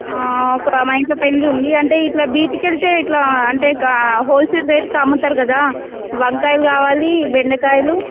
ఒక మా ఇంట్లో పెళ్ళి ఉంది అంటే ఇలా బీటుకెళ్తే ఇలా అంటే కా హోల్సేల్ రేట్కి అమ్ముతారు కదా వంకాయలు కావాలి బెండకాయలు